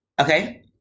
Okay